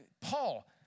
Paul